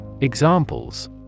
Examples